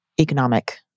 economic